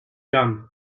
dumb